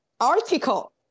article